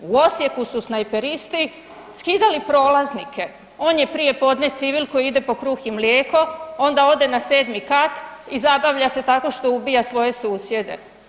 U Osijeku su snajperisti skidali prolaznike, on je prijepodne civil koji ide po kruh i mlijeko onda ode na 7.kat i zabavlja se tako što ubija svoje susjede.